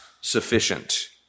sufficient